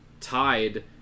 tied